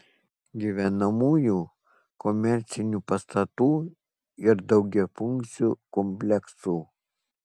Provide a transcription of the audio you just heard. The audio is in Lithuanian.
gyvenamųjų komercinių pastatų ir daugiafunkcių kompleksų